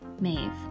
Maeve